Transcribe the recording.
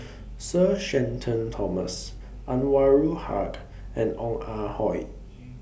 Sir Shenton Thomas Anwarul Haque and Ong Ah Hoi